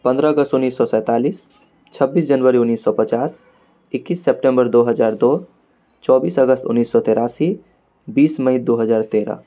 पंद्रह अगस्त उन्नीस सए सैतालिस छब्बीस जनवरी उन्नीस सए पचास एक्कीस सेप्टेम्बर दू हजार दू चौबीस अगस्त उन्नीस सए तेरासी बीस मई दू हजार तेरह